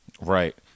Right